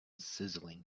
sizzling